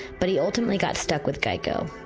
but he ultimately got stuck with geico.